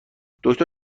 دکتر